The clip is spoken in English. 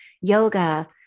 yoga